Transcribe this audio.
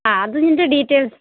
ആ അതിൻ്റെ ഡീറ്റെയിൽസ്